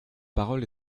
parole